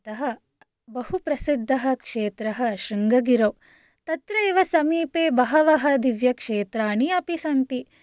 अतः बहु प्रसिद्धः क्षेत्रः शृङ्गगिरौ तत्र एव समीपे बहवः दिव्यक्षेत्राणि अपि सन्ति